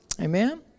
Amen